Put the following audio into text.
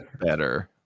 better